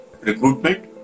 recruitment